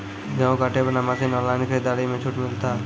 गेहूँ काटे बना मसीन ऑनलाइन खरीदारी मे छूट मिलता?